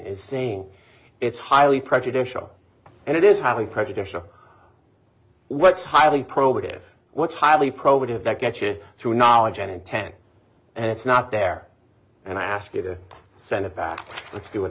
saying it's highly prejudicial and it is highly prejudicial what's highly probative what's highly probative that gets you through knowledge and intent and it's not there and i ask you to send it back let's do it